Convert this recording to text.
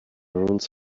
rules